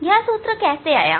यह सूत्र कैसे आया